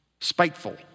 spiteful